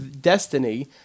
Destiny